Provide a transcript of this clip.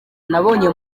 nabonye